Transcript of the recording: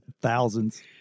Thousands